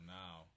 now